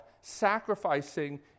sacrificing